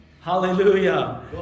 Hallelujah